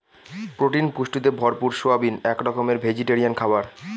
protein পুষ্টিতে ভরপুর soybean এক রকমের ভেজিটেরিয়ান খাবার